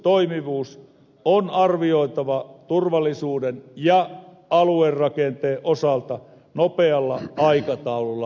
hätäkeskusuudistuksen toimivuus on arvioitava turvallisuuden ja aluerakenteen osalta nopealla aikataululla uudelleen